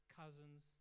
cousins